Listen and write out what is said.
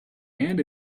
and